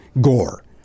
gore